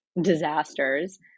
disasters